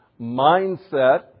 mindset